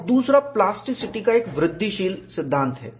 और दूसरा प्लास्टिसिटी का एक वृद्धिशील सिद्धांत है